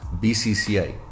BCCI